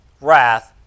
wrath